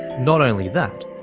not only that,